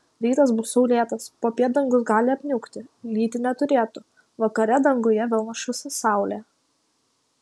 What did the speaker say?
rytas bus saulėtas popiet dangus gali apniukti lyti neturėtų vakare danguje vėl nušvis saulė